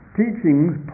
teachings